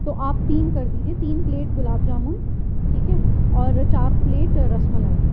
تو آپ تین کر دیجیے تین پلیٹ گلاب جامن ٹھیک ہے اور چار پلیٹ رس ملائی